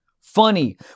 Funny